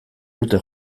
urte